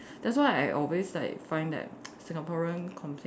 that's why I always like find that Singaporean complains